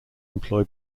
employ